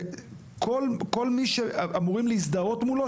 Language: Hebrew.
כל מי שאמורים להזדהות מולו,